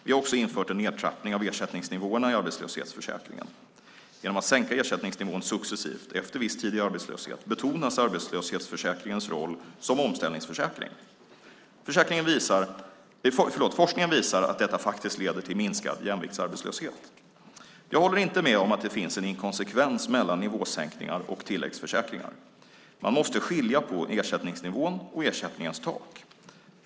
Vi har också infört en nedtrappning av ersättningsnivåerna i arbetslöshetsförsäkringen. Genom att sänka ersättningsnivån successivt, efter viss tid i arbetslöshet, betonas arbetslöshetsförsäkringens roll som omställningsförsäkring. Forskningen visar att detta faktiskt leder till minskad jämviktsarbetslöshet. Jag håller inte med om att det finns en inkonsekvens mellan nivåsänkningar och tilläggsförsäkringar. Man måste skilja på ersättningsnivån och ersättningens tak.